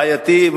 בעייתי,